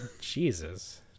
jesus